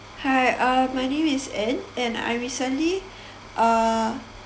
hi uh my name is ann and I recently uh